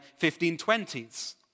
1520s